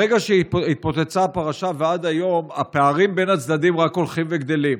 ברגע שהתפוצצה הפרשה ועד היום הפערים בין הצדדים רק הולכים וגדלים.